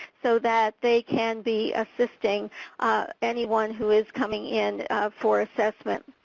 so that they can be assisting anyone who is coming in for assessment.